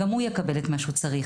גם הוא יקבל את מה שהוא צריך,